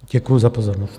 Děkuji za pozornost.